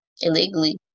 illegally